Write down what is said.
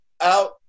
out